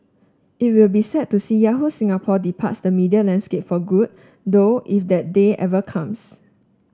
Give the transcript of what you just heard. it will be sad to see Yahoo Singapore departs the media landscape for good though if that day ever comes